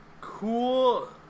cool